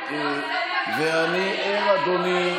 אתה לא, אתה מתעלם מהמציאות, אדוני,